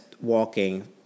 walking